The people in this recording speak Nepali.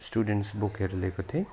स्टुडेन्स बुकहरू लिएको थिएँ